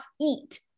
eat